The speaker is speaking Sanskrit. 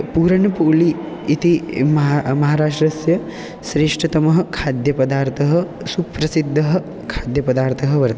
पूरणपूळि इति महा महाराष्ट्रस्य श्रेष्ठतमः खाद्यपदार्थः सुप्रसिद्धः खाद्यपदार्थः वर्तते